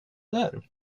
där